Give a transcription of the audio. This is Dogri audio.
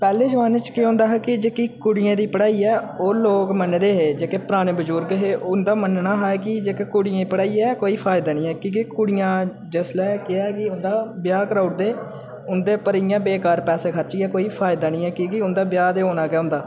पैह्ले जमान्ने च केह् होंदा हा की जेह्की कुड़ियें दी पढ़ाई ऐ ओह् लोग मनदे हे जेह्के पराने बजुर्ग हे उ'न्दा मनना हा की जेकर कुड़ियें गी पढ़ाइयै कोई फायदा निं ऐ क्योंकि कुड़ियां जिसलै केह् ऐ की उ'न्दा ब्याह कराई ओड़दे उ'न्दे पर इ'यां बेकार पैसे खर्चियै कोई फायदा निं ऐ क्योंकि उ'न्दा ब्याह् ते होना गै होन्दा